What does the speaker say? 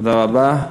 תודה רבה.